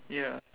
ya